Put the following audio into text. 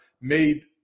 made